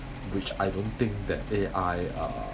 which I don't think that A_I uh